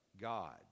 God